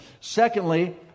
Secondly